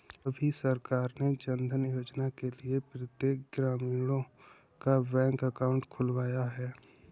अभी सरकार ने जनधन योजना के लिए प्रत्येक ग्रामीणों का बैंक अकाउंट खुलवाया है